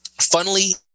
Funnily